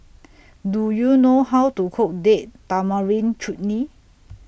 Do YOU know How to Cook Date Tamarind Chutney